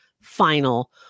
final